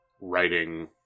writing